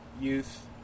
youth